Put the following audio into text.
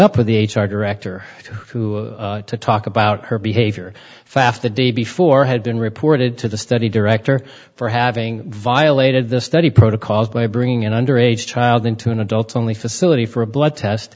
up with the h r director who to talk about her behavior pfaff the day before had been reported to the study director for having violated the study protocols by bringing in under age child into an adult only facility for a blood test